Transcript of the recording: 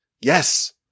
Yes